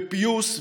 ופיוס,